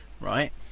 right